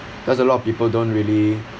because a lot of people don't really